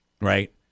Right